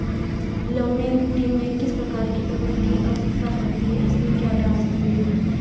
लवणीय मिट्टी में किस प्रकार के उर्वरक की आवश्यकता पड़ती है इसमें क्या डाल सकते हैं?